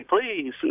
please